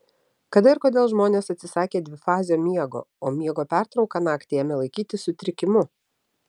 kada ir kodėl žmonės atsisakė dvifazio miego o miego pertrauką naktį ėmė laikyti sutrikimu